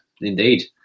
indeed